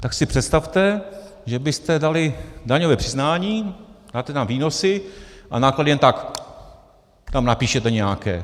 Tak si představte, že byste dali daňové přiznání, máte tam výnosy a náklady jen tak tam napíšete nějaké.